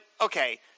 okay